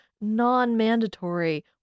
non-mandatory